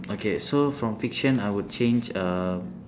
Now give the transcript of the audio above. okay so from fiction I would change uh